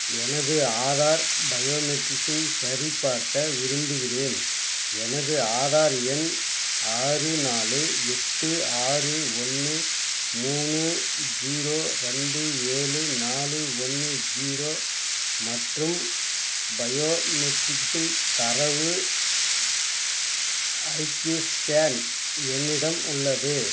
எனது ஆதார் பயோமெட்ரிஸன் சரிபார்க்க விரும்புகின்றேன் எனது ஆதார் எண் ஆறு நாலு எட்டு ஆறு ஒன்று மூணு ஜீரோ ரெண்டு ஏழு நாலு ஒன்று ஜீரோ மற்றும் பயோமெட்ரிக்ஸன் தரவு ஐடி ஸ்கேன் என்னிடம் உள்ளது